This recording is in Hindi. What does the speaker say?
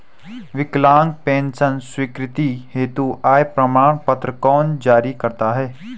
विकलांग पेंशन स्वीकृति हेतु आय प्रमाण पत्र कौन जारी करता है?